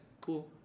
cool